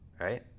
right